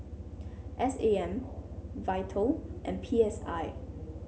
S A M Vital and P S I